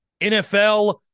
NFL